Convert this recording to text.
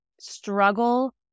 struggle